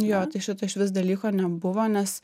jo tai šito išvis dalyko nebuvo nes